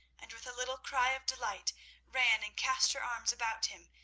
and with a little cry of delight ran and cast her arms about him,